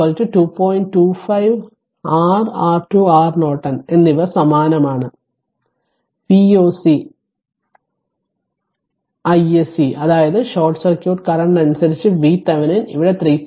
25 R R2 R Norton എന്നിവ സമാനമാണ് Voc i o c i s c iSC അതായത് short circuit current അനുസരിച്ച് VThevenin ഇവിടെ 3